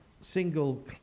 single